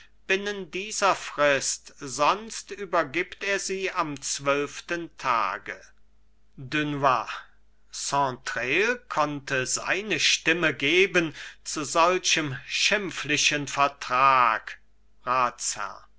binnen dieser frist sonst übergibt er sie am zwölften tage dunois saintrailles konnte seine stimme geben zu solchem schimpflichen vertrag